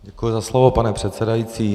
Děkuji za slovo, pane předsedající.